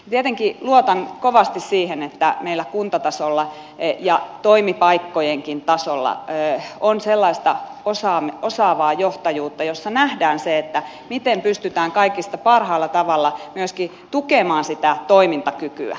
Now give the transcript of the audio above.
tietenkin luotan kovasti siihen että meillä kuntatasolla ja toimipaikkojenkin tasolla on sellaista osaavaa johtajuutta jossa nähdään se miten pystytään kaikista parhaalla tavalla myöskin tukemaan sitä toimintakykyä